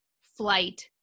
flight